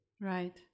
Right